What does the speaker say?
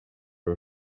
are